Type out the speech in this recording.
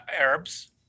Arabs